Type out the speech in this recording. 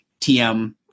TM